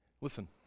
Listen